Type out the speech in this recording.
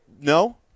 No